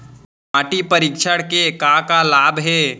माटी परीक्षण के का का लाभ हे?